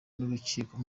n’urukiko